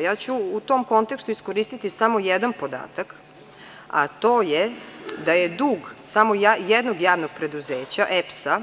Ja ću u tom kontekstu iskoristiti samo jedan podatak, a to je da je dug samo jednog javnog preduzeća EPS-a,